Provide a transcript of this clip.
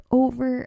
over